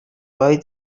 why